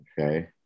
Okay